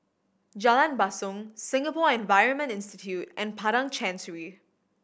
Jalan Basong Singapore Environment Institute and Padang Chancery